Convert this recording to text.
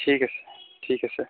ঠিক আছে ঠিক আছে